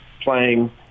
playing